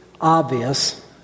obvious